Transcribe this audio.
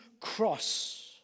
cross